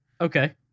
Okay